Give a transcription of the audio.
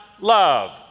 love